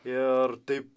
ir taip